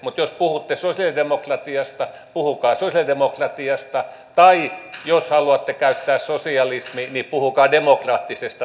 mutta jos puhutte sosialidemokratiasta puhukaa sosialidemokratiasta tai jos haluatte käyttää sanaa sosialismi niin puhukaa demokraattisesta sosialismista